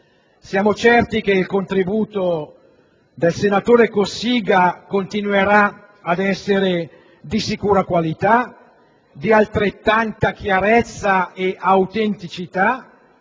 Siamo certi che il contributo del senatore Cossiga continuerà ad essere di sicura qualità, di altrettanta chiarezza ed autenticità,